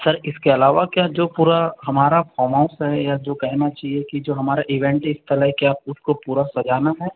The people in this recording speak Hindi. सर इसके अलावा क्या जो पूरा हमारा फोम हाउस है या जो कहना चाहिए कि जो हमारा ईवेंट इस तरह है के आप उसको पूरा सजाना है